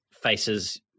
faces